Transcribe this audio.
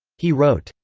he wrote,